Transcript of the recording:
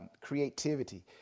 Creativity